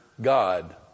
God